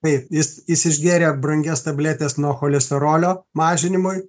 taip jis jis išgėrė brangias tabletes nuo cholesterolio mažinimui